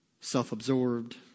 self-absorbed